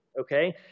Okay